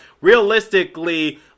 realistically